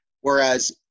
Whereas